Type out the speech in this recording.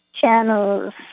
channels